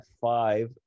five